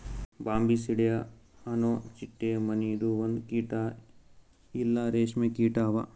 Bombycidae ಅನೊ ಚಿಟ್ಟೆ ಮನಿದು ಒಂದು ಕೀಟ ಇಲ್ಲಾ ರೇಷ್ಮೆ ಕೀಟ ಅವಾ